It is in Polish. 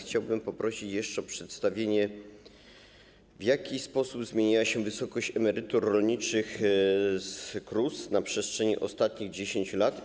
Chciałbym poprosić jeszcze o przedstawienie, w jaki sposób zmieniła się wysokość emerytur rolniczych z KRUS na przestrzeni ostatnich 10 lat.